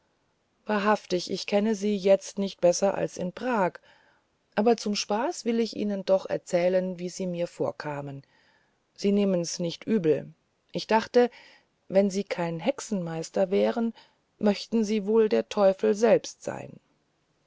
wahrhaftig ich kenne sie jetzt nicht besser als in prag aber zum spaß will ich ihnen doch erzählen wie sie mir da vorkamen sie nehmen's nicht übel ich dachte wenn sie kein hexenmeister wären möchten sie wohl der teufel selbst sein